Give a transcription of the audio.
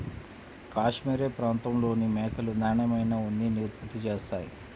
cashmere ప్రాంతంలోని మేకలు నాణ్యమైన ఉన్నిని ఉత్పత్తి చేస్తాయి